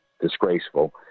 disgraceful